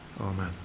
Amen